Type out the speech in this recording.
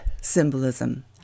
symbolism